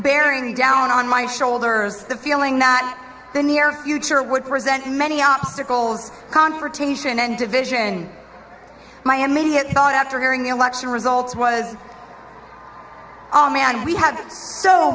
bearing down on my shoulders the feeling not the near future would present many obstacles confrontation and division my immediate thought after hearing the election results was all me and we had so